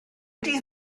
dydd